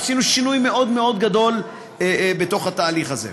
ועשינו שינוי מאוד מאוד גדול בתהליך הזה.